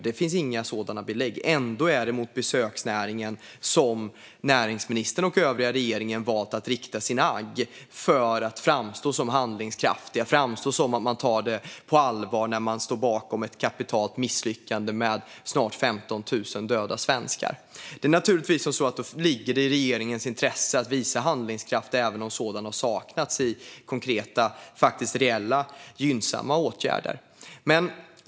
Det finns inga sådana belägg. Ändå är det mot besöksnäringen som näringsministern och den övriga regeringen har valt att rikta sitt agg för att framstå som handlingskraftiga och som att man tar det hela på allvar när man står bakom ett kapitalt misslyckande med snart 15 000 döda svenskar. Det ligger naturligtvis i regeringens intresse att visa handlingskraft även om sådan har saknats i konkreta och reella gynnsamma åtgärder.